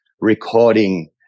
recording